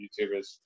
YouTubers